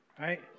right